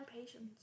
patience